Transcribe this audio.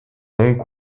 hong